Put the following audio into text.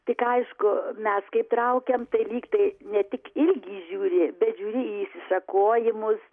tik aišku mes kaip traukiam tai lyg tai ne tik ilgį žiūri bet žiūri į išsišakojimus